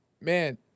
man